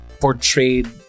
Portrayed